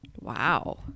Wow